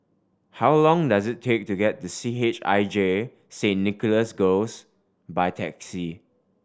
how long does it take to get to C H I J Saint Nicholas Girls by taxi